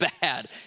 bad